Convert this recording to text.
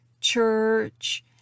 church